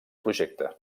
projecta